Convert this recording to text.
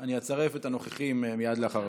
אני אצרף את הנוכחים מייד לאחר